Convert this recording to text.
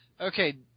Okay